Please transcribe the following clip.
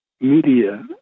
media